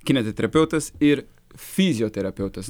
kineziterapeutas ir fizioterapeutas